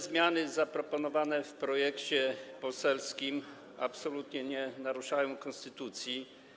Zmiany zaproponowane w projekcie poselskim absolutnie nie naruszają konstytucji.